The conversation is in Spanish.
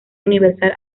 universal